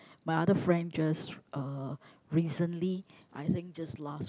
my other friend just uh recently I think just last